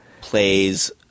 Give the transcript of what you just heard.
plays